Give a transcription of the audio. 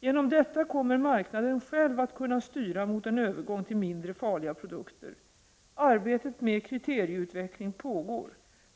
Genom detta kommer marknaden själv att kunna styra mot en övergång till mindre farliga produkter. Arbetet med kriterieutveckling pågår.